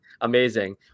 amazing